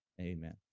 Amen